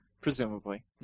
Presumably